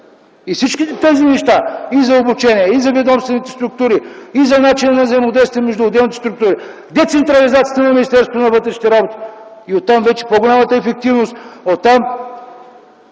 за всичките неща – за обучение, за ведомствените структури, за начина на взаимодействие между отделните структури, децентрализацията на Министерството на вътрешните работи и оттам – по-голяма ефективност, оттам